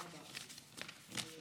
תודה רבה.